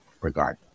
regard